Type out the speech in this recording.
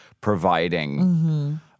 providing